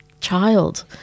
child